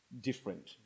different